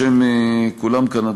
בשם כולם כאן,